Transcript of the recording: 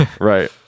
right